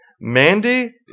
Mandy